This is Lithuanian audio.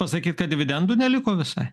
pasakyt kad dividendų neliko visai